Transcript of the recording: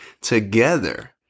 together